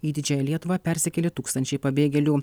į didžiąją lietuvą persikėlė tūkstančiai pabėgėlių